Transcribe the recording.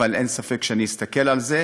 אבל אין ספק שאסתכל על זה,